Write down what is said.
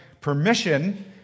permission